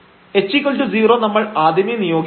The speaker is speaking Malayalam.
h0 നമ്മൾ ആദ്യമേ നിയോഗിച്ചതാണ്